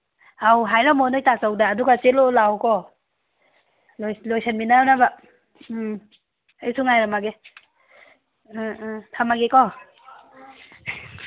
ꯑꯥꯎ ꯍꯥꯏꯔꯝꯃꯣ ꯅꯈꯣꯏ ꯇꯥꯆꯧꯗ ꯑꯗꯨꯒ ꯆꯦꯜꯂꯛꯑꯣ ꯂꯥꯛꯑꯣꯀꯣ ꯂꯣꯏꯁꯟꯃꯤꯟꯅꯅꯕ ꯎꯝ ꯑꯩꯁꯨ ꯉꯥꯏꯔꯝꯃꯒꯦ ꯑ ꯑ ꯊꯝꯃꯒꯦꯀꯣ